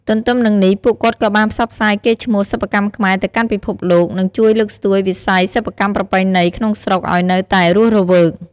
ទទ្ទឹមនឹងនេះ ពួកគាត់ក៏បានផ្សព្វផ្សាយកេរ្តិ៍ឈ្មោះសិប្បកម្មខ្មែរទៅកាន់ពិភពលោក និងជួយលើកស្ទួយវិស័យសិប្បកម្មប្រពៃណីក្នុងស្រុកឱ្យនៅតែរស់រវើក។